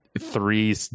three